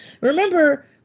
Remember